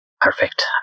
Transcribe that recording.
Perfect